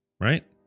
Right